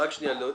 רגע,